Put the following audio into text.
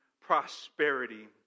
prosperity